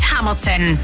Hamilton